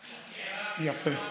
יפה.